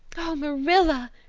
marilla,